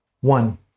One